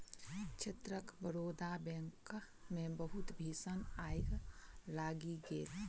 क्षेत्रक बड़ौदा बैंकक मे बहुत भीषण आइग लागि गेल